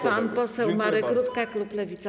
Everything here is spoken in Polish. Pan poseł Marek Rutka, klub Lewica.